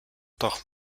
doch